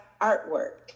artwork